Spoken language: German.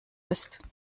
ist